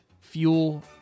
fuel